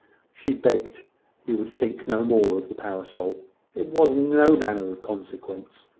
she begged he would think no more of the parasol it was no manner of consequence.